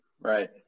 Right